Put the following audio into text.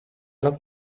alla